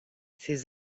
ses